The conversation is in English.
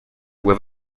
with